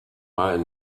mal